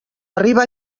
arriba